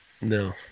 No